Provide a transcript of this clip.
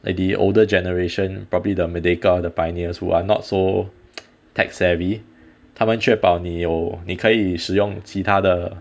like the older generation probably the merdeka or the pioneers who are not so tech savvy 他们确保你有你可以使用其他的